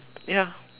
ya